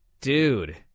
Dude